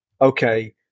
okay